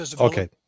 Okay